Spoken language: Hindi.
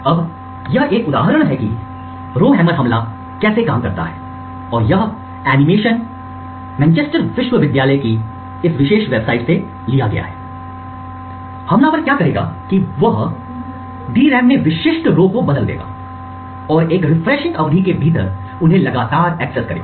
अब यह एक उदाहरण है कि रोहमर हमला कैसे काम करेगा और यह एनीमेशन विशेष मैनचेस्टर विश्वविद्यालय की इस विशेष वेबसाइट से लिया गया है हमलावर क्या करेगा कि वह DRAM में विशिष्ट पंक्तियों रो को बदल देगा और एक रिफ्रेशिंग अवधि के भीतर उन्हें लगातार एक्सेस करेगा